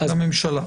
לממשלה.